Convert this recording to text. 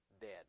dead